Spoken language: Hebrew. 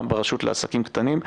גם ברשות לעסקים קטנים,